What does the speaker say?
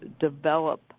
develop